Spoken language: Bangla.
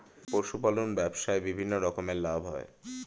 পশুপালন ব্যবসায় বিভিন্ন রকমের লাভ হয়